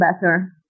better